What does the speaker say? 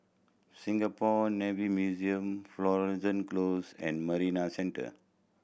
Singapore Navy Museum Florence Close and Marina Centre